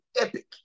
epic